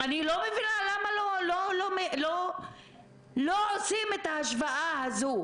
אני לא מבינה למה לא עושים את ההשוואה הזאת?